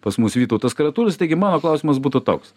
pas mus vytautas kratulis taigi mano klausimas būtų toks